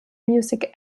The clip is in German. music